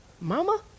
Mama